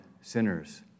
sinners